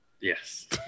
Yes